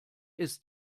ist